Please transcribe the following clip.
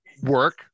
work